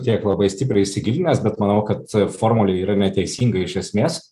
tiek labai stipriai įsigilinęs bet manau kad formulė yra neteisinga iš esmės